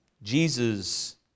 Jesus